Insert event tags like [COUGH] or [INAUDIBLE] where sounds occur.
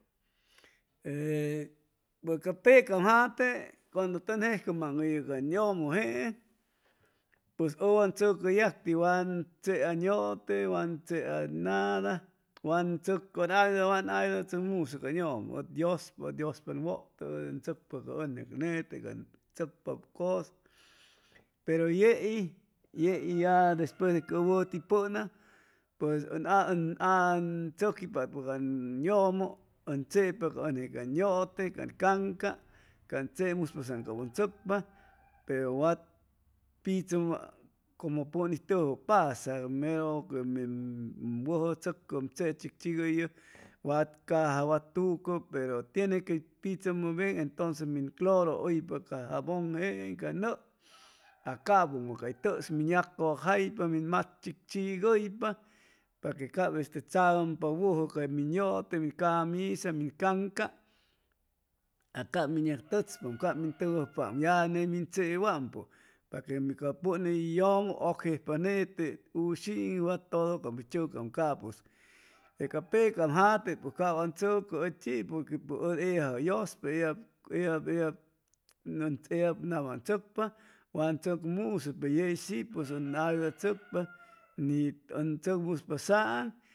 Ee pues ca pecam jate cuando tʉn jejcʉmaŋʉyʉ can yʉmʉ jeeŋ pues ʉ wan chʉcʉ yacti wan chea ʉn yʉte wan chea nada wan [HESITATION] ayudachʉcmusʉ can yʉmʉ ʉt yʉspa ʉd yʉspa ʉn wʉtʉ ʉn chʉcpa ca ʉnjeq nete can chʉcpap cosa pero yei yei ya despues de que ʉ wʉti pʉn'am pues [HESITATION] ʉn chʉquipatpa can yʉmʉ ʉn chepa ca ʉnje can yʉte can canca can chemuspa saŋ ʉn chʉcpa pero wat pichʉmʉ como pʉn hʉy tʉjʉpasa mero que min wʉjʉ chʉcʉ ʉm chechicchigʉyʉ watcaja wa tucʉ pero tiene quey pichʉmʉ bien entonce min cloro hʉypa jabon jeeŋ ca nʉʉ aj capʉ ca tʉs in yagjʉwajaipa min macchichigʉypa paque cap chagʉmpa wʉjʉ ca min yʉte min camisa min caŋca a cap min yag tʉchpa cap min tʉjʉjpaam ya ney in chewampʉ paque mi ca pʉn hʉy yʉmʉ ʉcjejpa nete wshiiŋ wa todo cap hʉy chʉcam caʉs pe ca peam jate pues cap wan chʉcʉ ʉchi'is porque pues ʉd ellajʉ yʉspa ellab ellab nama ʉn chʉcpa wan chʉcmusʉ pe yei shi pues ʉn ayudachʉcpa ni ʉn chʉcmuspasaaŋ